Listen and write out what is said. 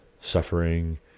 suffering